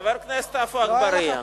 חבר הכנסת אגבאריה,